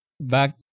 back